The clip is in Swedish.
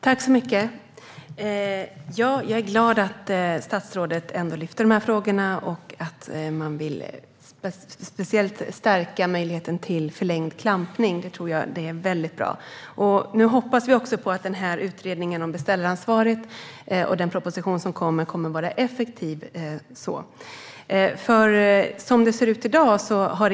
Herr talman! Jag är glad att statsrådet lyfter fram de här frågorna och speciellt att han vill stärka möjligheten till förlängd klampning - det är väldigt bra. Nu hoppas vi att utredningen om beställaransvaret och den kommande propositionen kommer att vara effektiva.